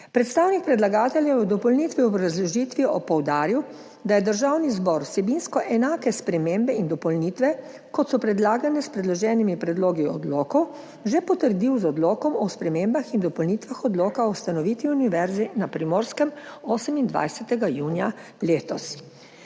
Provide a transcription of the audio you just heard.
Predstavnik predlagatelja je v dopolnilni obrazložitvi poudaril, da je Državni zbor vsebinsko enake spremembe in dopolnitve, kot so predlagane s predloženimi predlogi odlokov, že potrdil z Odlokom o spremembah in dopolnitvah Odloka o ustanovitvi Univerze na Primorskem 28. junija letos.